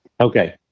okay